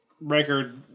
record